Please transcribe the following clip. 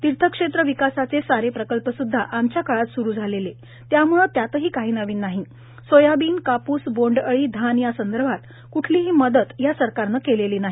तीर्थक्षेत्र विकासाचे सारे प्रकल्प सुद्धा आमच्या काळात सुरू झालेले त्यामुळे त्यातही काहीही नवीन नाही सोयाबीन कापूस बोंडअळी धान यासंदर्भात कुठलीही मदत या सरकारने केलेली नाही